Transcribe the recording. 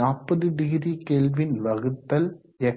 40 degree kelvin வகுத்தல் X 0